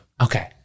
Okay